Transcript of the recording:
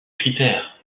critère